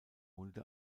mulde